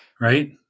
right